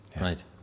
right